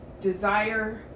desire